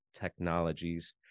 Technologies